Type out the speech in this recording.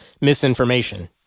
misinformation